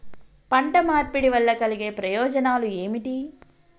పంట మార్పిడి వల్ల కలిగే ప్రయోజనాలు ఏమిటి?